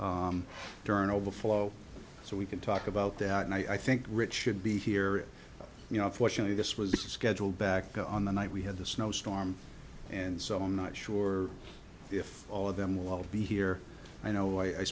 rank during overflow so we can talk about that and i think rich should be here you know unfortunately this was scheduled back on the night we had the snowstorm and so i'm not sure if all of them will be here i know i